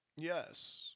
Yes